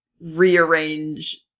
rearrange